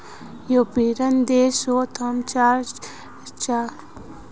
European देश सोत हम चार राज्य से लकड़ी जा छे